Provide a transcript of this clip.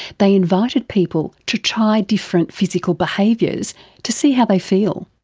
they invited people to try different physical behaviours to see how they feel.